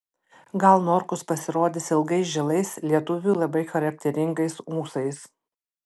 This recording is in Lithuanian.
gal norkus pasirodys ilgais žilais lietuviui labai charakteringais ūsais